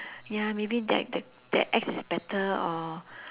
ya maybe their their their ex is better or